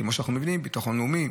כמו ביטחון לאומי,